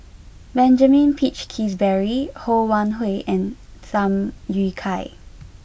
Benjamin Peach Keasberry Ho Wan Hui and Tham Yui Kai